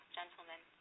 gentlemen